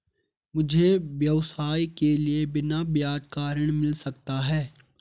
मुझे व्यवसाय के लिए बिना ब्याज का ऋण मिल सकता है?